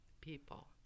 people